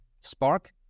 Spark